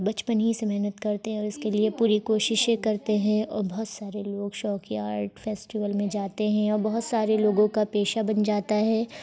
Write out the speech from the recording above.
بچپن ہی سے محنت کرتے ہیں اور اس کے لیے پوری کوششیں کرتے ہیں اور بہت سارے لوگ شوقیہ آرٹ فیسٹیول میں جاتے ہیں اور بہت سارے لوگوں کا پیشہ بن جاتا ہے